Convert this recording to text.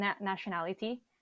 nationality